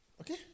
Okay